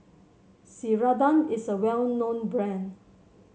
Ceradan is a well known brand